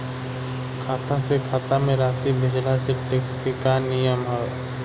खाता से खाता में राशि भेजला से टेक्स के का नियम ह?